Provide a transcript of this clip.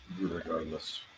Regardless